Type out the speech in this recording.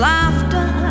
Laughter